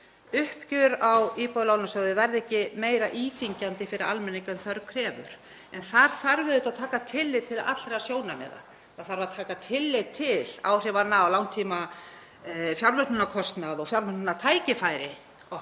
uppgjörið á Íbúðalánasjóði, verði ekki meira íþyngjandi fyrir almenning en þörf krefur. Þar þarf auðvitað að taka tillit til allra sjónarmiða. Það þarf að taka tillit til áhrifanna á langtímafjármögnunarkostnað og fjármögnunartækifæri okkar.